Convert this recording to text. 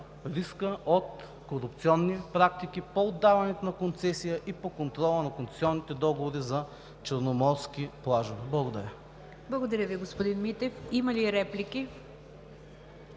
риска от корупционни практики по отдаването на концесия и по контрола на концесионните договори за черноморски плажове. Благодаря. ПРЕДСЕДАТЕЛ НИГЯР ДЖАФЕР: Благодаря Ви, господин Митев. Има ли реплики?